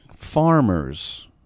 Farmers